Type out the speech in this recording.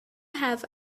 have